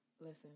Listen